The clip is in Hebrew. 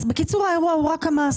בקיצור, האירוע הוא רק המס.